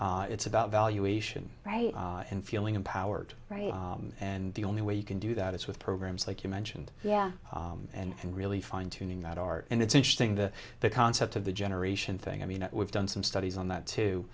right it's about valuation right and feeling empowered right and the only way you can do that is with programs like you mentioned yeah and really fine tuning that art and it's interesting that the concept of the generation thing i mean we've done some studies on that too